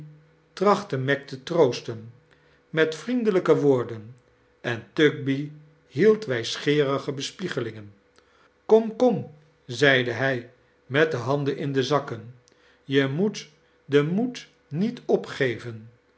trachtte meg te troosten met vriendelijke woordein en tugby lrield wijsgeerige bespiegelingen kom kom zeide hij met de lianden in de zakken je moet den moed niet opgeven